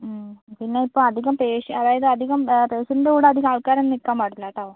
മ് പിന്നെ ഇപ്പം അധികം പേഷ്യ അതായത് അധികം പേഷ്യന്റിൻ്റെ കൂടെ അധികം ആൾക്കാർ ഒന്നും നിൽക്കാൻ പാടില്ല കേട്ടോ